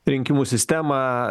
rinkimų sistemą